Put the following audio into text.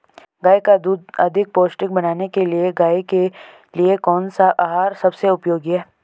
गाय का दूध अधिक पौष्टिक बनाने के लिए गाय के लिए कौन सा आहार सबसे उपयोगी है?